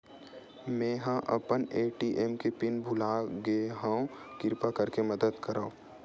मेंहा अपन ए.टी.एम के पिन भुला गए हव, किरपा करके मदद करव